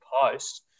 post